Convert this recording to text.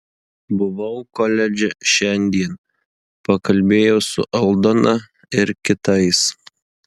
buvau koledže šiandien pakalbėjau su aldona ir kitais